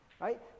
right